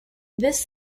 this